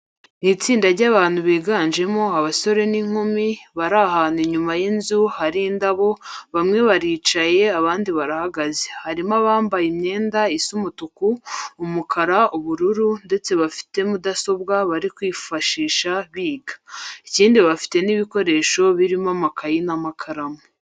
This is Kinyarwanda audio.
Ni itsinda ry'abantu biganjemo abasore n'inkumi, bari ahantu inyuma y'inzu hari indabo, bamwe baricaye abandi barahagaze. Harimo abambaye imyenda isa umutuku. umukara, ubururu ndetse bafite mudasobwa bari kwifashisha biga. Ikindi bafite n'ibikoresho birimo amakayi n'amakaramu.